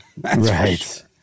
Right